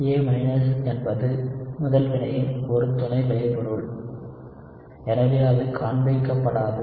A என்பது முதல் வினையின் ஒரு துணை விளைபொருள் எனவே அது காண்பிக்கப்படாது